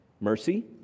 mercy